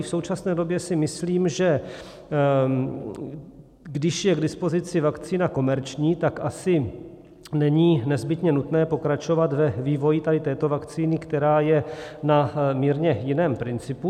V současné době si myslím, že když je k dispozici vakcína komerční, tak asi není nezbytně nutné pokračovat ve vývoji tady této vakcíny, která je na mírně jiném principu.